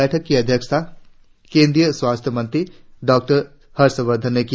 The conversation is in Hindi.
बैठक की अध्यक्षता केंद्रीय स्वास्थ्य मंत्री डॉ हर्षवर्धन ने की